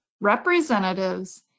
representatives